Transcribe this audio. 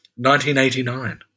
1989